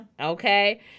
okay